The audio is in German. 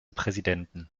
präsidenten